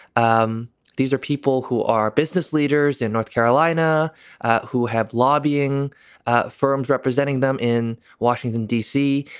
um these are people who are business leaders in north carolina who have lobbying firms representing them in washington, d c.